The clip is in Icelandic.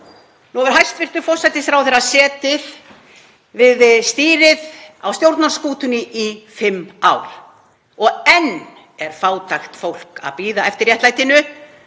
Nú hefur hæstv. forsætisráðherra setið við stýrið á stjórnarskútunni í fimm ár og enn er fátækt fólk að bíða eftir réttlætinu.